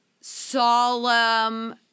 solemn